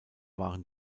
waren